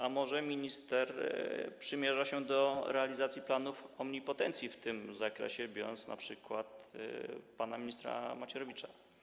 A może pan minister przymierza się do realizacji planów omnipotencji w tym zakresie, biorąc np. pana ministra Macierewicza?